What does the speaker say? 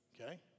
okay